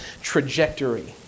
trajectory